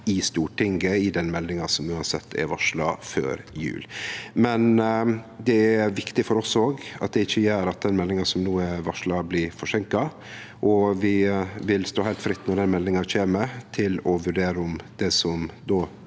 i Stortinget i den meldinga som uansett er varsla før jul. Det er viktig for oss at det ikkje gjer at den meldinga som no er varsla, blir forsinka. Vi vil stå heilt fritt når den meldinga kjem, til å vurdere om det som då